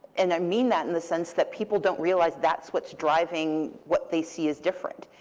and i mean that in the sense that people don't realize that's what's driving what they see as different.